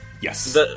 Yes